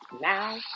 now